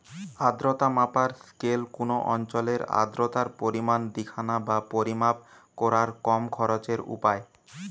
আর্দ্রতা মাপার স্কেল কুনো অঞ্চলের আর্দ্রতার পরিমাণ দিখানা বা পরিমাপ কোরার কম খরচের উপায়